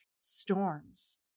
storms